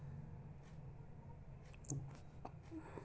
देखै मॅ भी सुन्दर लागै छै आरो पांच सौ टका रोज के कमाई भा भी होय जाय छै